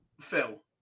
Phil